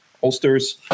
Holsters